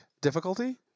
difficulty